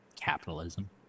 Capitalism